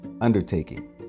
undertaking